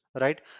right